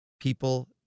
people